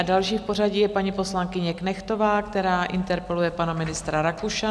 Další v pořadí je paní poslankyně Knechtová, která interpeluje pana ministra Rakušana.